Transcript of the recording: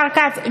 השר כץ,